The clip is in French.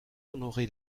honoré